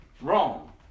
wrong